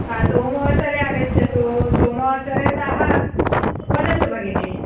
सोमवासरे आगच्छतु सोमवासरतः वदतु भगिनि